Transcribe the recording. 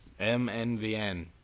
MNVN